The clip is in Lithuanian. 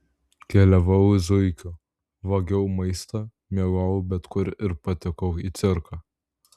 keliavau zuikiu vogiau maistą miegojau bet kur ir patekau į cirką